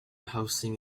housing